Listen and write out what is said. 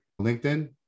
LinkedIn